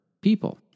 people